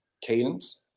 cadence